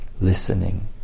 listening